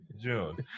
June